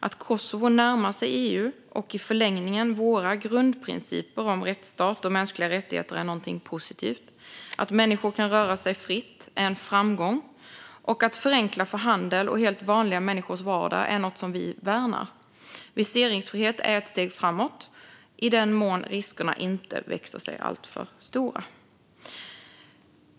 Att Kosovo närmar sig EU och i förlängningen våra grundprinciper om rättsstat och mänskliga rättigheter är någonting positivt. Att människor kan röra sig fritt är en framgång, och att förenkla handel och helt vanliga människors vardag är något som vi värnar. Viseringsfrihet är ett steg framåt i den mån riskerna inte växer sig alltför stora.